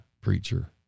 preacher